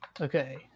Okay